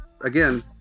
again